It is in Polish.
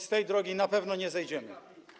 Z tej drogi na pewno nie zejdziemy.